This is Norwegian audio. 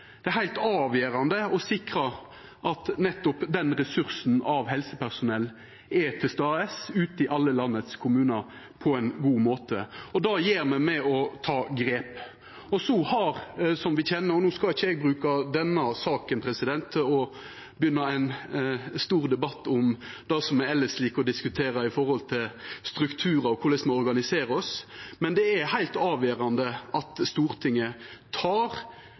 alle landets kommunar på ein god måte. Og det gjer me med å ta grep. No skal ikkje eg bruka denne saka til å begynna ein stor debatt om det som me elles likar å diskutera når det gjeld strukturar og korleis me organiserer oss, men det er heilt avgjerande at Stortinget